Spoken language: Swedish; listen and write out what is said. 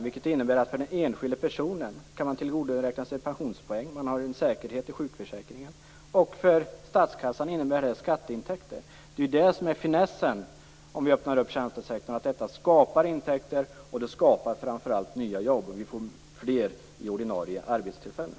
Det innebär för den enskilde personen att han kan tillgodoräkna sig pensionspoäng och få en säkerhet i sjukförsäkringen, och för statskassan innebär det skatteintäkter. Finessen med att öppna tjänstesektorn är att detta skapar intäkter och framför allt nya jobb. Vi får fler i ordinarie arbetstillfällen.